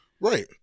Right